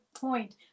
point